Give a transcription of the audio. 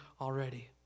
already